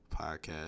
podcast